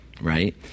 right